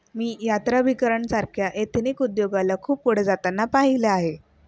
मी यात्राभिकरण सारख्या एथनिक उद्योगाला खूप पुढे जाताना पाहिले आहे